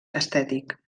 estètic